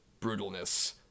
brutalness